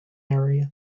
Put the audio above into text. area